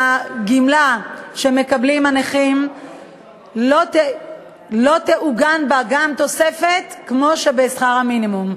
שבגמלה שמקבלים הנכים לא תעוגן גם תוספת כמו בשכר המינימום,